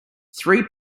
three